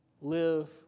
live